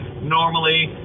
normally